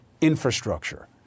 infrastructure